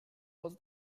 was